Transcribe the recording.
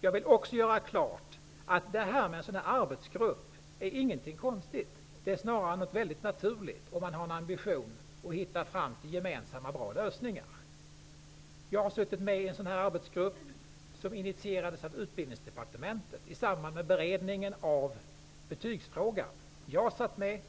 Jag vill också göra klart att det inte är något konstigt med att bilda en arbetsgrupp -- snarare något väldigt naturligt om man har en ambition att hitta fram till gemensamma bra lösningar. Jag har suttit med i en sådan arbetsgrupp som initierades av Utbildningsdepartementet i samband med beredningen av betygsgfrågan. Jag satt med,